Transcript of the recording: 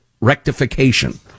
rectification